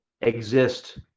exist